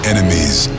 Enemies